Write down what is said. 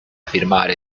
afirmar